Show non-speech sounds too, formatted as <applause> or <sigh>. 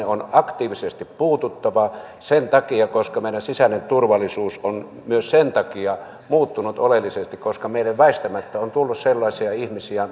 <unintelligible> on aktiivisesti puututtava sen takia koska meidän sisäinen turvallisuus on myös sen takia muuttunut oleellisesti että meille väistämättä on tullut sellaisia ihmisiä <unintelligible>